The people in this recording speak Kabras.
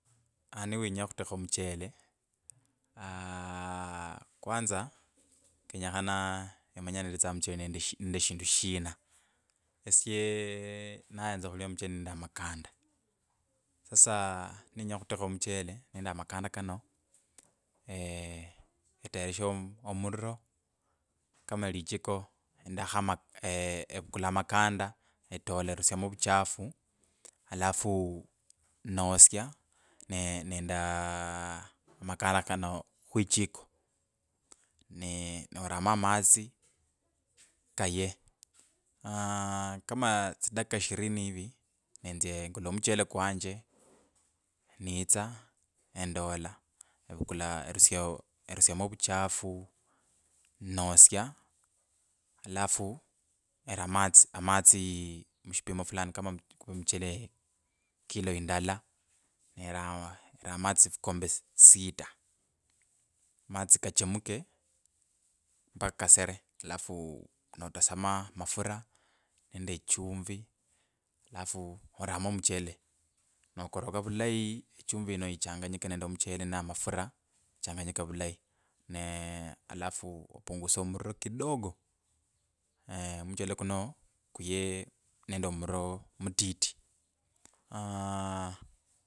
niwinya okhulekha omuchele aaa kwanza kenya hana omanye alalitsianga muchele made shindu shina. esieeen nayanza khulipa omuchele nende amakanda sasa aaa ni ninya okhutekha omuchele nende makanda kano eteshe omuura kama lijiko endakho ama embukula amakanda etola endusiamo ovuchafu alafu nosio nende makanda kanoo khwijiko nee naramo amatsi kaye aa kama tsidaka ishirini ivi netsa ekula omuchele kwanje ninitsa endola embukula erusiao erusiamo ovuchafu alafu nosio alafu nera amatsi amatsi mushipimo fulani ni kuvaa muchele ekilo indala nevaa ramatsi fukombe sita matsi kachamche parakasera alafu notasamo amafura nende echumbi alafu oramo omuchele nokoroka ovulayi echumbi ino ichanganyike nende omuchele nende amafura changanyika vulayi nee alafu pungusia omuuro kidogo muchele kuno kuyee nende muroo mutiti aaahaa.